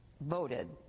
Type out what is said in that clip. voted